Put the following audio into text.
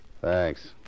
Thanks